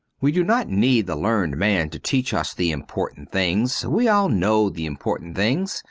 we do not need the learned man to teach us the important things. we all know the important things,